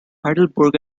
heidelberg